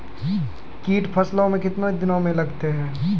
कीट फसलों मे कितने दिनों मे लगते हैं?